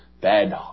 bad